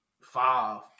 five